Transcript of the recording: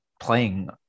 playing